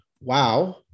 wow